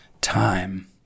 time